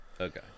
Okay